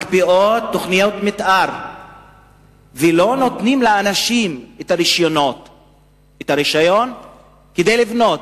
מקפיאות תוכניות מיתאר ולא נותנים לאנשים רשיון כדי לבנות,